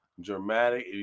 dramatic